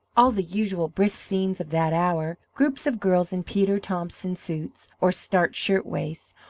all the usual brisk scenes of that hour, groups of girls in peter thomson suits or starched shirt-waists,